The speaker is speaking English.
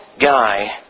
guy